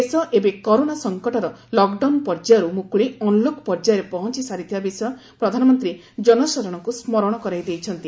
ଦେଶ ଏବେ କରୋନା ସଂକଟର ଲକଡାଉନ ପର୍ଯ୍ୟାୟରୁ ମୁକୁଳି ଅନ୍ଲକ୍ ପର୍ଯ୍ୟାୟରେ ପହଞ୍ଚ ସାରିଥିବା ବିଷୟ ପ୍ରଧାନମନ୍ତ୍ରୀ ଜନସାଧାରଣଙ୍କୁ ସ୍ମରଣ କରାଇ ଦେଇଛନ୍ତି